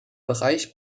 bereich